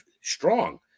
strong